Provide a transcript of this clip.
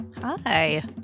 Hi